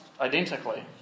identically